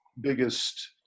biggest